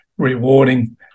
rewarding